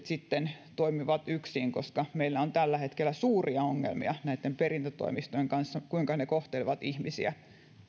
sitten toimivat yksiin koska meillä on tällä hetkellä suuria ongelmia näitten perintätoimistojen kanssa siinä kuinka ne kohtelevat ihmisiä